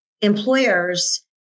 employers